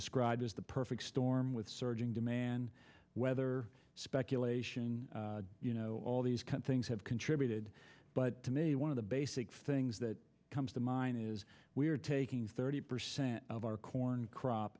described as the perfect storm with surging demand weather speculation you know all these things have contributed but to me one of the basic things that comes to mind we're taking thirty percent of our corn crop